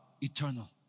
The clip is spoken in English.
eternal